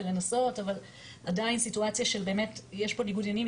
ולנסות אבל עדיין סיטואציה של באמת יש פה ניגוד עניינים,